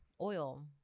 oil